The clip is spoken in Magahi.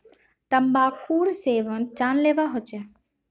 तंबाकूर सेवन जानलेवा ह छेक